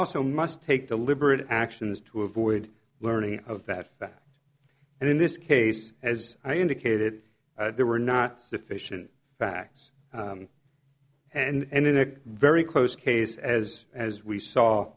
also must take deliberate actions to avoid learning of that fact and in this case as i indicated there were not sufficient facts and in a very close case as as we saw